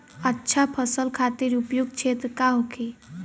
अच्छा फसल खातिर उपयुक्त क्षेत्र का होखे?